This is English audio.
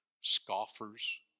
scoffers